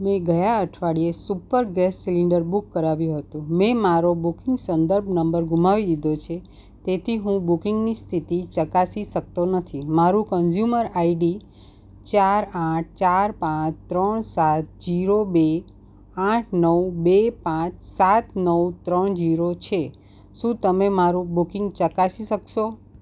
મેં ગયા અઠવાડિયે સુપર ગેસ સિલિન્ડર બુક કરાવ્યું હતું મેં મારો બુકિંગ સંદર્ભ નંબર ગુમાવી દીધો છે તેથી હું બુકિંગની સ્થિતિ ચકાસી શકતો નથી મારું કન્ઝયુમર આઈડી ચાર આઠ ચાર પાંચ ત્રણ સાત જીરો બે આઠ નવ બે પાંચ સાત નવ ત્રણ જીરો છે શું તમે મારું બુકિંગ ચકાસી શકશો